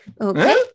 Okay